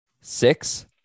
Six